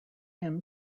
him